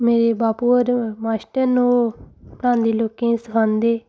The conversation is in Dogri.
मेरे बापू होर माश्टर न ओह् पढ़ांदे लोकें गी सखांदे